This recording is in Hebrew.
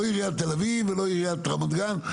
לא עיריית תל אביב ולא עיריית רמת גן.